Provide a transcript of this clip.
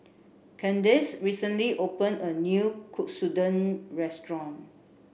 Candace recently open a new Katsudon restaurant